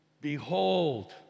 behold